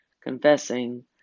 confessing